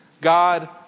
God